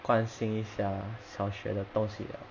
关心一下小学的东西了